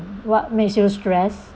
what makes you stress